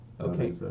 Okay